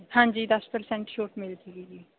ਹਾਂਜੀ ਦਸ ਪਰਸੈਂਟ ਛੋਟ ਮਿਲ ਜਾਵੇਗੀ ਜੀ